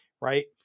right